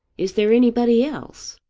is there anybody else?